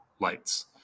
lights